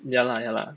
ya lah ya lah